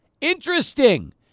interesting